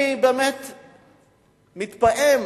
אני מתפעם,